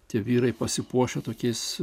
tie vyrai pasipuošę tokiais